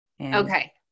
okay